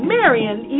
Marion